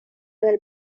del